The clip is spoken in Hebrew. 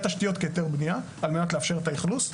תשתיות כהיתר בנייה על מנת לאפשר את האכלוס,